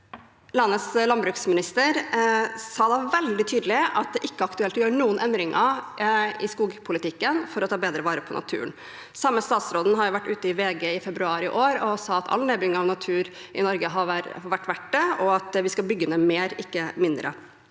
Landets landbruksminister sa da veldig tydelig at det ikke er aktuelt å gjøre noen endringer i skogpolitikken for å ta bedre vare på naturen. Samme statsråd var ute i VG i februar i år og sa at all nedbygging av natur i Norge har vært verdt det, og at vi skal bygge ned mer, ikke mindre.